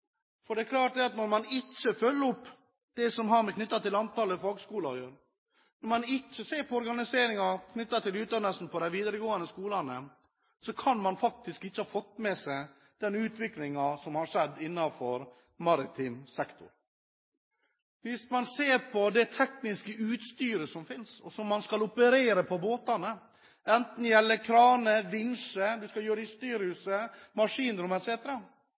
når man ikke ser på organiseringen av utdannelsen ved de videregående skolene, kan man ikke ha fått med seg den utviklingen som har skjedd innenfor maritim sektor. Hvis man ser på det tekniske utstyret som finnes, og som man skal operere på båtene, enten det gjelder kraner, vinsjer, det som skjer i